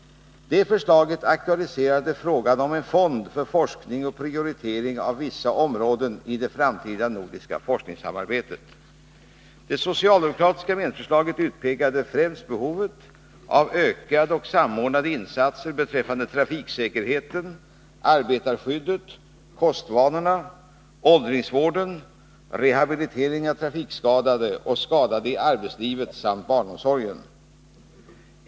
Detta förslag aktualiserade frågan om en fond för forskning och prioritering av vissa områden i ett framtida nordiskt forskningssamarbete. Det socialdemokratiska medlemsförslaget utpekade främst behovet av ökade och samordnade insatser beträffande trafiksäkerheten, arbetarskyddet, kostvanorna, åldringsvården, rehabiliteringen av trafikskadade och skadade i arbetslivet samt barnomsorgen.